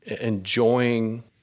enjoying